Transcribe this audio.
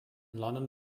london